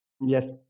Yes